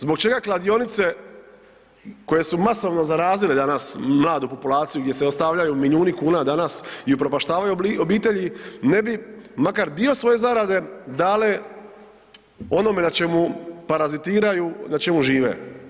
Zbog čega kladionice koje su masovno zarazile danas mladu populaciju gdje se ostavljaju milijuni kuna danas i upropaštavaju obitelji, ne bi makar dio svoje zarade dale onome na čemu parazitiraju, na čemu žive?